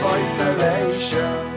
isolation